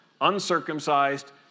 uncircumcised